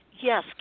Yes